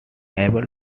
able